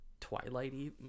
twilighty